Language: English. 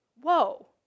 Whoa